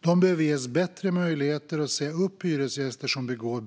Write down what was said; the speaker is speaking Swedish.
I syfte att öka tryggheten för andra boende behöver de ges bättre möjligheter att säga upp hyresgäster som begår